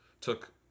took